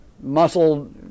Muscle